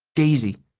daisy.